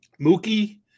Mookie